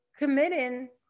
Committing